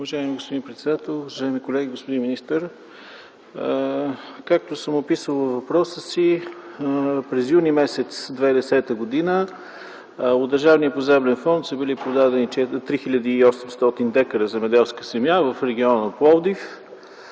Уважаеми господин председател, уважаеми колеги, господин министър! Както съм описал във въпроса си, през юни 2010 г. от Държавния поземлен фонд са били продадени 3800 дка земеделска земя в региона на Пловдив.